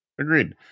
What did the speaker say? Agreed